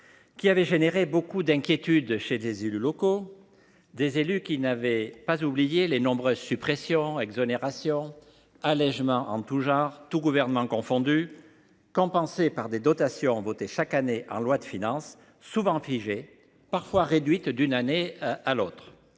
avait suscité beaucoup d’inquiétude chez les élus locaux, des élus qui n’avaient pas oublié les nombreuses suppressions et exonérations et les allégements en tout genre décidés par tous les gouvernements confondus, compensés par des dotations votées chaque année en loi de finances, souvent figées, parfois réduites d’une année à l’autre